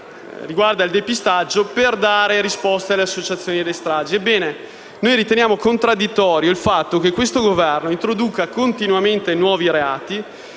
riguarda il depistaggio, per dare risposta alle associazioni delle vittime delle stragi. Ebbene, noi riteniamo contraddittorio il fatto che questo Governo introduca continuamente nuovi reati,